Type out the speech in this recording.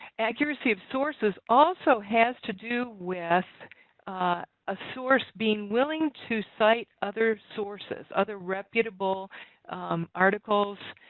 accuracy of sources also has to do with a source being willing to cite other sources, other reputable articles.